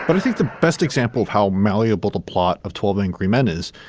but think the best example of how malleable the plot of twelve angry men is,